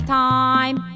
time